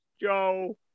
Joe